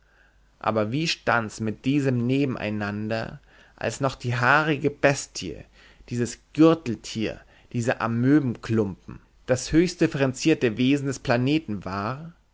aber wie stand's mit diesem nebeneinander als noch die haarige bestie dieses gürteltier dieser amöbenklumpen das höchstdifferenzierte wesen des planeten war